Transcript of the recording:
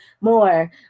more